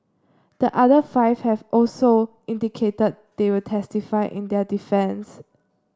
the other five have also indicated they will testify in their defence